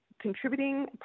contributing